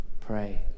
Pray